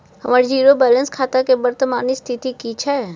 हमर zero balance खाता के वर्तमान स्थिति की छै?